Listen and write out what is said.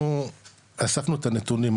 אספנו את הנתונים,